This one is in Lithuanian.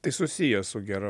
tai susiję su gera